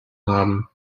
haben